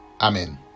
Amen